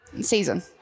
season